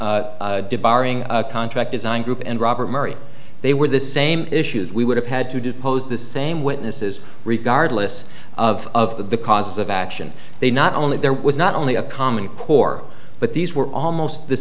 ford did barring contract design group and robert murray they were the same issues we would have had to depose the same witnesses regardless of the cause of action they not only there was not only a comic four but these were almost the